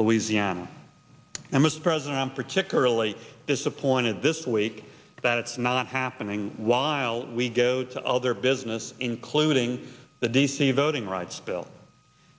louisiana and mr president i'm particularly disappointed this week that it's not happening while we go to other business including the d c voting rights bill